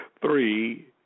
three